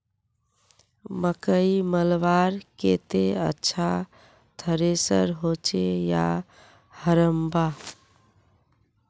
मकई मलवार केते अच्छा थरेसर होचे या हरम्बा?